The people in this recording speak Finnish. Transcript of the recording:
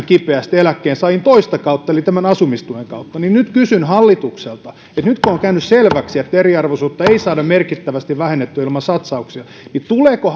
kipeästi eläkkeensaajiin toista kautta eli tämän asumistuen kautta nyt kysyn hallitukselta nyt kun on käynyt selväksi että eriarvoisuutta ei saada merkittävästi vähennettyä ilman satsauksia niin tuleeko